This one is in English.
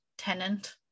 tenant